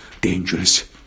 dangerous